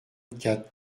quatre